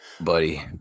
buddy